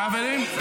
--- חברים.